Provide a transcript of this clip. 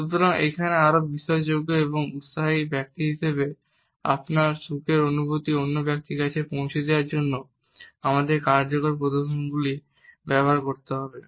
সুতরাং এখানে আরও বিশ্বাসযোগ্য এবং আরও উত্সাহী ব্যক্তি হিসাবে আপনার সুখের অনুভূতি অন্য ব্যক্তির কাছে পৌঁছে দেওয়ার জন্য আমাদের কার্যকর প্রদর্শনগুলি ব্যবহার করতে হবে